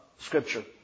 Scripture